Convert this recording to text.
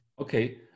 Okay